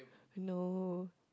no